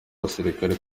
basirikare